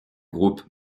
groupe